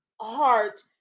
heart